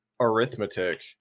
arithmetic